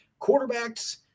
quarterbacks